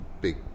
big